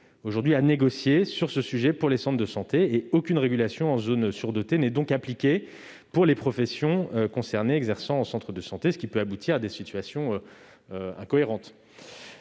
habilités à négocier sur ce sujet pour les centres de santé, et aucune régulation en zone surdotée n'est donc appliquée pour les professions concernées exerçant en centre de santé, ce qui peut aboutir à des situations incohérentes.